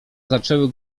zaczęły